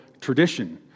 tradition